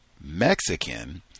Mexican